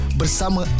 bersama